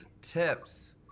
tips